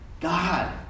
God